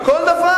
כל דבר.